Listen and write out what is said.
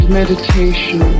meditation